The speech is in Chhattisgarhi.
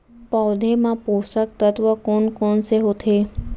पौधे मा पोसक तत्व कोन कोन से होथे?